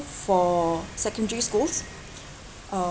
for secondary schools um